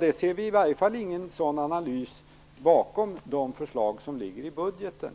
Vi ser i varje fall ingen sådan analys bakom de förslag som föreligger i budgeten.